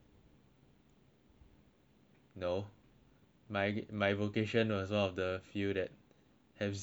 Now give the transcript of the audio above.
no my my vocation was one of the few that have zero chance to go overseas one